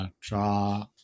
draw